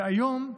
היום,